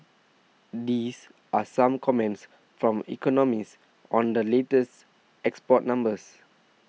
these are some comments from economists on the latest export numbers